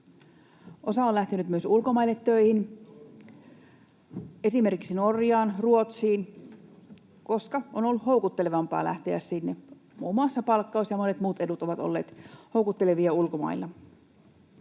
Osa on lähtenyt myös ulkomaille töihin, esimerkiksi Norjaan, Ruotsiin, koska on ollut houkuttelevampaa lähteä sinne. Muun muassa palkkaus ja monet muut edut ovat olleet houkuttelevia ulkomailla.